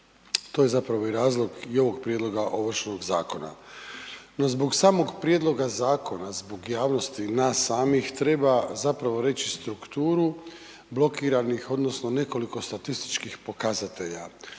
To je zapravo i razlog i ovog prijedloga Ovršnog zakona. No zbog samog prijedloga zakona, zbog javnosti nas samih treba zapravo reći strukturu blokiranih odnosno nekoliko statističkih pokazatelja.